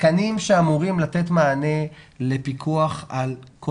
תקנים שאמורים לתת מענה לפיקוח על כל